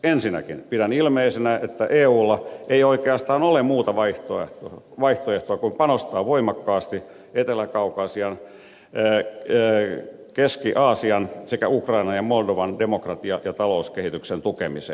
ensinnäkin pidän ilmeisenä että eulla ei oikeastaan ole muuta vaihtoehtoa kuin panostaa voimakkaasti etelä kaukasian keski aasian sekä ukrainan ja moldovan demokratian ja talouskehityksen tukemiseen